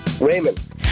Raymond